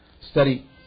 study